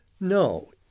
No